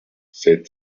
said